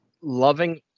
loving